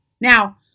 Now